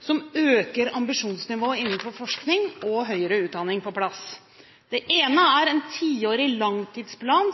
som øker ambisjonsnivået innenfor forskning og høyere utdanning. Det ene er en tiårig langtidsplan